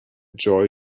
joi